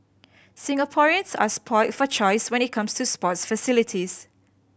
Singaporeans are spoilt for choice when it comes to sports facilities